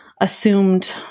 assumed